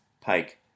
Pike